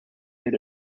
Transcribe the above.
did